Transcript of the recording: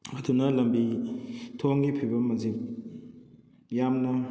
ꯑꯗꯨꯅ ꯂꯝꯕꯤ ꯊꯣꯡꯒꯤ ꯐꯤꯕꯝ ꯑꯁꯦ ꯌꯥꯝꯅ